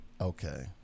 Okay